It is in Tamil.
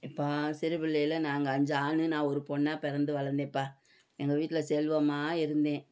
இப்போ சிறுப் பிள்ளையில் நாங்கள் அஞ்சு ஆண் ஒரு பொண்ணாக பிறந்து வளர்ந்தேப்பா எங்கள் வீட்டில் செல்வம்மா இருந்தேன்